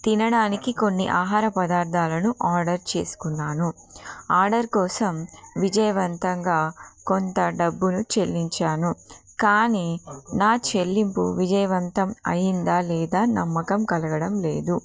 తినడానికి కొన్ని ఆహార పదార్థాలను ఆర్డర్ చేసుకున్నాను ఆర్డర్ కోసం విజయవంతంగా కొంత డబ్బును చెల్లించాను కానీ నా చెల్లింపు విజయవంతం అయిందా లేదా నమ్మకం కలగడం లేదు